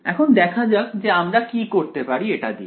এখন দেখা যাক যে আমরা কি করতে পারি এটা দিয়ে